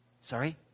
Sorry